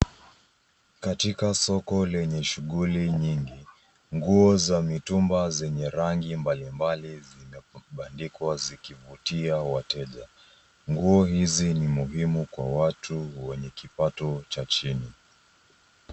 Katika soko lenye shughuli nyingi, nguo za mitumba zenye rangi mbalimbali zimebandikwa zikivutia wateja. Nguo hizi ni muhimu kwa watu wenye kipato cha chini.